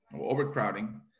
overcrowding